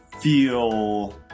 feel